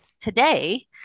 Today